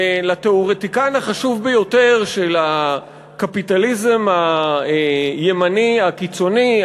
לתיאורטיקן החשוב ביותר של הקפיטליזם הימני הקיצוני,